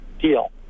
deal